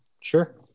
sure